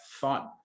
thought